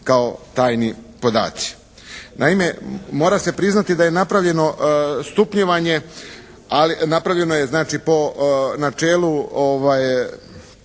kao tajni podaci. Naime, mora se priznati da je napravljeno stupnjevanje, napravljeno je znači